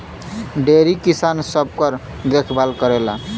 dairy किसान सबकर देखभाल करेला